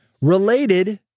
Related